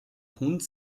hund